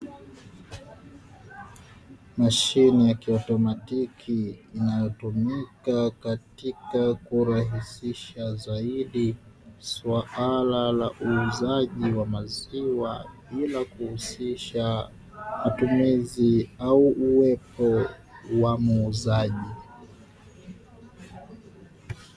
Mashine ya kiotomatiki inayotumika katika kurahisisha zaidi suala la uuzaji wa maziwa bila kuhusisha matumizi au uwepo wa muuzaji.